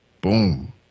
Boom